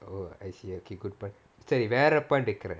oh I see okay good சரி வேற:sari vera point கேக்குறேன்:kekuraen